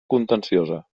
contenciosa